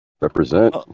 Represent